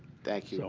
thank you. so